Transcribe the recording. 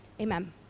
Amen